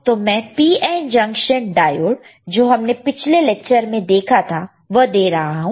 तो मैं PN junction diode जो हमने पिछले लेक्चर में देखा था वह दे रहा हूं